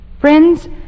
Friends